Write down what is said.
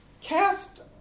cast